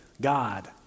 God